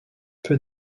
peu